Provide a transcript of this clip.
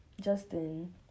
Justin